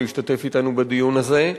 להשתתף אתנו בדיון הזה.